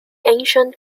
ancient